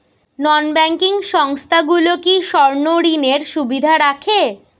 নন banking সংস্থাগুলো কি স্বর্ণঋণের সুবিধা রাখে?